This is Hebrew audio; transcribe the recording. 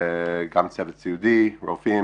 גם הצוות הסיעודי, רופאים,